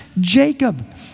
Jacob